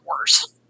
worse